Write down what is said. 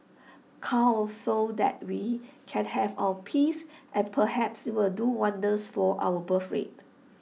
cull so that we can have our peace and perhaps IT will do wonders for our birthrate